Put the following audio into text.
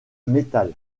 métal